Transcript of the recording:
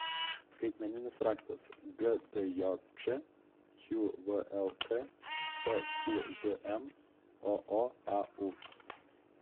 skaitmeninis raktas gdjč qvlk pqzm ooau